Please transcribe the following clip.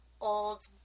old